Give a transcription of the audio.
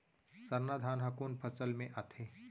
सरना धान ह कोन फसल में आथे?